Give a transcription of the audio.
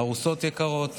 ארוסות יקרות,